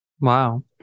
Wow